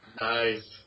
Nice